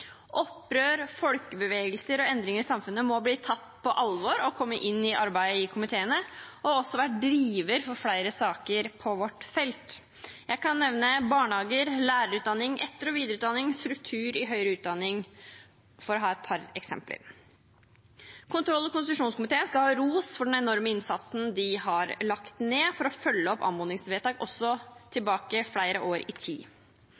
Opprør, folkebevegelser og endringer i samfunnet må bli tatt på alvor og komme inn i arbeidet i komiteene, og det har også vært en driver for flere saker på vårt felt. Jeg kan nevne barnehager, lærerutdanning, etter- og videreutdanning og struktur i høyere utdanning som et par eksempler. Kontroll og konstitusjonskomiteen skal ha ros for den enorme innsatsen de har lagt ned for å følge opp anmodningsvedtak, også flere år tilbake i tid.